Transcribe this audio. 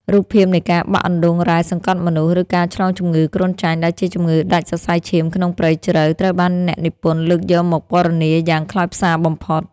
រូបភាពនៃការបាក់អណ្ដូងរ៉ែសង្កត់មនុស្ស ឬការឆ្លងជំងឺគ្រុនចាញ់ដែលជាជំងឺដាច់សរសៃឈាមក្នុងព្រៃជ្រៅ ត្រូវបានអ្នកនិពន្ធលើកយកមកពណ៌នាយ៉ាងខ្លោចផ្សាបំផុត។